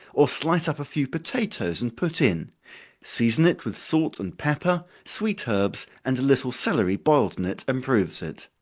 or slice up a few potatoes and put in season it with salt and pepper, sweet herbs, and a little celery boiled in it improves it.